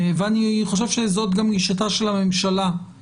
ואני חושב שזאת גם גישתה של הממשלה,